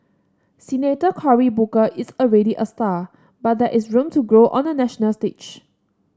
Senator Cory Booker is already a star but there is room to grow on the national stage